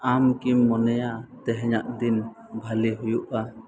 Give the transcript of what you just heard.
ᱟᱢ ᱠᱤᱢ ᱢᱚᱱᱮᱭᱟ ᱛᱮᱦᱮᱧᱟᱜ ᱵᱷᱟᱹᱞᱤ ᱦᱩᱭᱩᱜᱼᱟ